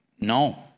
No